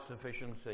sufficiency